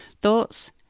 thoughts